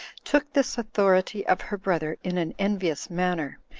took this authority of her brother in an envious manner,